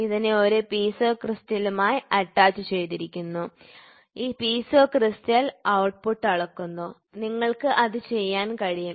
ഇതിനെ ഒരു പീസോ ക്രിസ്റ്റലുമായി അറ്റാച്ചുചെയ്തിരിക്കുന്നു ഈ പീസോ ക്രിസ്റ്റൽ ഔട്ട്പുട്ട് അളക്കുന്നു നിങ്ങൾക്ക് അത് ചെയ്യാൻ കഴിയും